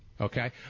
okay